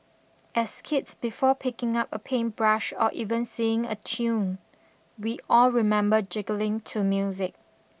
as kids before picking up a paintbrush or even singing a tune we all remember jiggling to music